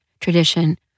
tradition